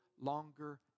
longer